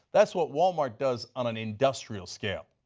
that's what walmart does on an industrial scale.